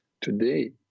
today